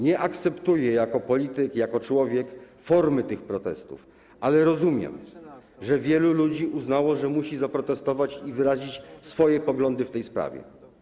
Nie akceptuję jako polityk i jako człowiek formy tych protestów, jednak rozumiem, że wielu ludzi uznało, że musi zaprotestować i wyrazić swoje poglądy w tej sprawie.